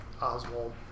Oswald